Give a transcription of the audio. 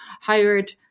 hired